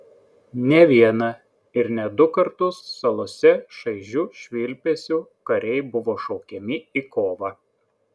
ne vieną ir ne du kartus salose šaižiu švilpesiu kariai buvo šaukiami į kovą